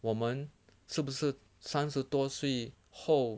我们是不是三十多岁后